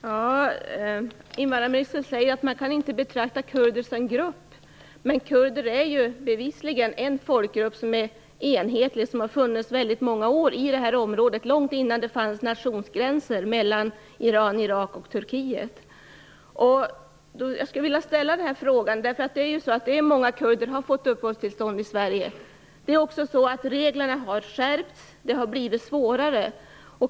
Fru talman! Invandrarministern säger att man inte kan betrakta kurder som grupp, men bevisligen är kurder en enhetlig folkgrupp som i många år funnits i det här området. De fanns där långt innan det fanns nationsgränser mellan Iran, Irak och Turkiet. Många kurder har ju fått uppehållstillstånd i Sverige, men det är också så att reglerna har skärpts. Det har blivit svårare.